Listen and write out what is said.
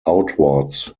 outwards